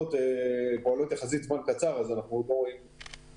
המסעדות פועלות יחסית זמן קצר אז אין אינדיקציה,